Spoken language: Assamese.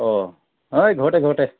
অঁ এই ঘৰতে ঘৰতে